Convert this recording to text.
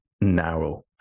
narrow